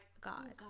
God